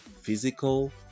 physical